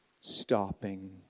stopping